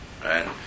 Right